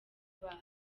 bayo